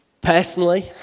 personally